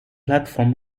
platform